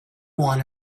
want